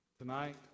tonight